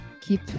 keep